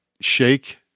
shake